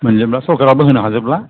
मोनजोब्ला सरखाराबो होनो हाजोबला